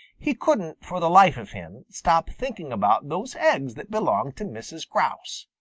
he couldn't, for the life of him, stop thinking about those eggs that belonged to mrs. grouse.